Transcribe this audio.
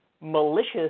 malicious